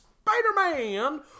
spider-man